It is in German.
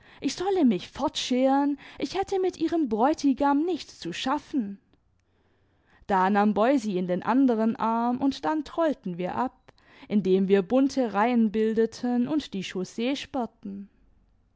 ich solle mich fortscheren ich hätte mit ihrem bräutigam nichts zu schaffen da nahm boy sie in den anderen arm imd dann trollten wir ab indem wir bunte reihen bildeten und die chaussee sperrten